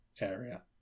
area